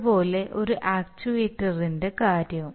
അതുപോലെ ഒരു ആക്യുവേറ്ററിന്റെ കാര്യവും